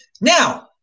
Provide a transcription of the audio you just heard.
Now